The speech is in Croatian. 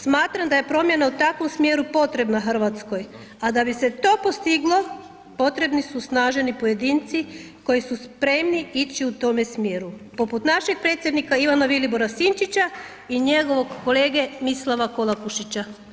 Smatram da je promjena u takvom smjeru potrebna Hrvatskoj, a da bi se to postiglo potrebni su snažni pojedinci koji su spremni ići u tome smjeru, poput našeg predsjednika Ivana Vilibora Sinčića i njegovog kolege Mislava Kolakušića.